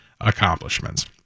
accomplishments